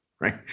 Right